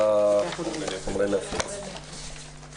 הישיבה ננעלה בשעה 10:45.